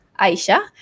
Aisha